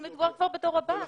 אבל מדובר כבר בדור הבא.